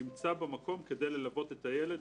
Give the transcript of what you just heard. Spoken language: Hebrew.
נמצא במקום כדי ללוות את הילד",